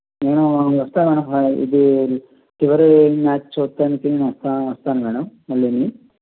నేను వస్తాను మేడం ఇది చివరి మ్యాచ్ చూడటానికి నేను వస్తాను వస్తాను మేడం